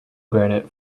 granite